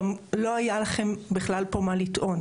גם לא היה לכם בכלל פה מה לטעון.